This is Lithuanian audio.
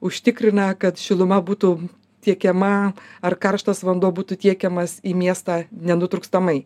užtikrina kad šiluma būtų tiekiama ar karštas vanduo būtų tiekiamas į miestą nenutrūkstamai